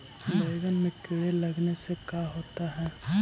बैंगन में कीड़े लगने से का होता है?